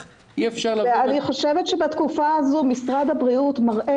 אי אפשר לבוא לקראת --- אני חושבת שבתקופה הזאת משרד הבריאות מראה